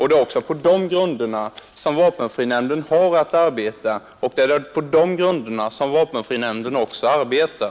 Det är på dessa grunder som vapenfrinämnden har att arbeta och också arbetar.